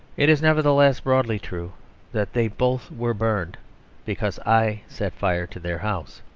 it is, nevertheless, broadly true that they both were burned because i set fire to their house.